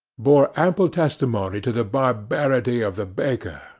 bore ample testimony to the barbarity of the baker,